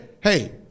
hey